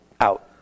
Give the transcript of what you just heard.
out